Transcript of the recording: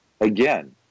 again